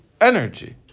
energy